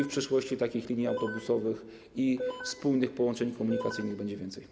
W przyszłości takich linii autobusowych i spójnych połączeń komunikacyjnych będzie więcej.